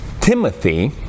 Timothy